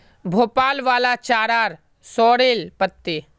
भोपाल वाला चाचार सॉरेल पत्ते